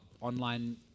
online